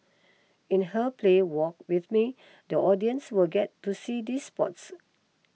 in her play Walk with Me the audience will get to see these spots